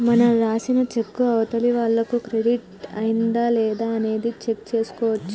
మనం రాసిన చెక్కు అవతలి వాళ్లకు క్రెడిట్ అయ్యిందా లేదా అనేది చెక్ చేసుకోవచ్చు